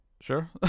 Sure